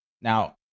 Now